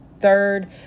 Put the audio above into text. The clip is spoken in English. third